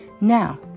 Now